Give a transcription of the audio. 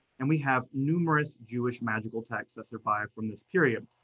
and we have numerous jewish magical texts, that survived from this period.